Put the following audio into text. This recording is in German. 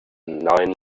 neuen